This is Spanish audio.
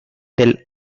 del